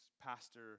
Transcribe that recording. pastor